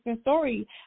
story